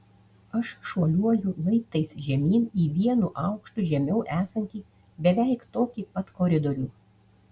aš šuoliuoju laiptais žemyn į vienu aukštu žemiau esantį beveik tokį pat koridorių